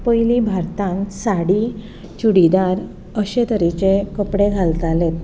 पयलीं भारतांत साडी चुडीदार अशे तरेचे कपडे घालताले